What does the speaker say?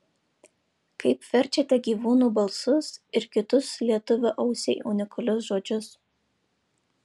kaip verčiate gyvūnų balsus ir kitus lietuvio ausiai unikalius žodžius